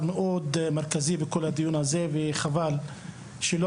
שהוא נושא מאוד מרכזי בדיון הזה וחבל שלא